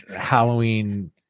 Halloween